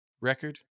record